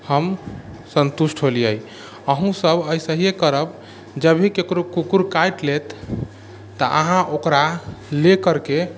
हम संतुष्ट होलियै अहूँ सब अइसे ही करब जब भी केकरो कुकुर काटि लेत तऽ अहाँ ओकरा लए करके